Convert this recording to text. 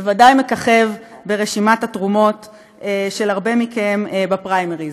בוודאי מככב ברשימת התרומות של הרבה מכם בפריימריז.